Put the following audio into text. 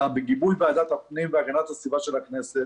בגיבוי ועדת הפנים והגנת הסביבה של הכנסת